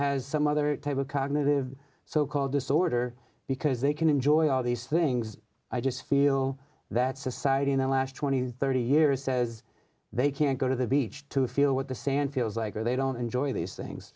has some other type of cognitive so called disorder because they can enjoy all these things i just feel that society in the last two thousand and thirty years says they can't go to the beach to feel what the sand feels like or they don't enjoy these things